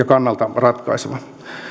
kannalta ratkaiseva